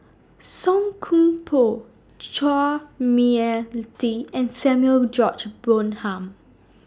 Song Koon Poh Chua Mia Tee and Samuel George Bonham